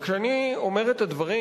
כשאני אומר את הדברים,